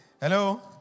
Hello